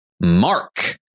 Mark